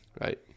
right